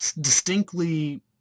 distinctly